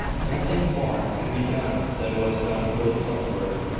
nothing more could be done than was done for the sufferer.